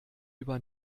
über